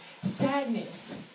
sadness